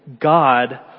God